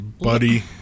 buddy